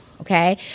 okay